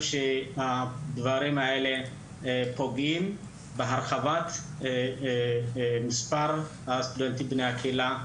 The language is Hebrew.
שהדברים הללו פוגעים בהרחבת מספר הסטודנטים בני הקהילה,